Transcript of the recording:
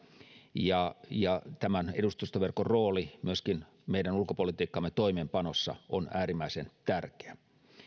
ja ja tämän edustustoverkon rooli myöskin meidän ulkopolitiikkamme toimeenpanossa on äärimmäisen tärkeä